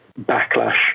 backlash